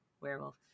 werewolf